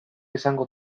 izango